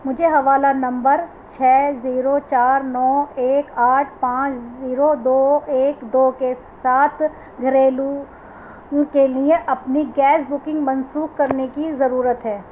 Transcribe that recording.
مجھے حوالہ نمبر چھ زیرو چار نو ایک آٹھ پانچ زیرو دو ایک دو کے ساتھ گھریلو کے لیے اپنی گیس بکنگ منسوخ کرنے کی ضرورت ہے